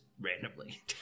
randomly